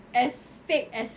as fake as